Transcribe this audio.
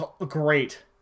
great